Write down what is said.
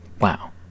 Wow